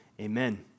Amen